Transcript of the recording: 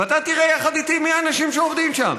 ואתה תראה יחד איתי מי האנשים שעובדים שם.